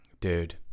Dude